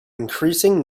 increasing